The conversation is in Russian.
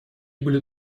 были